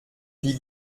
wie